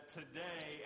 today